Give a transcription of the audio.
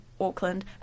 Auckland